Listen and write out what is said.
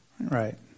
Right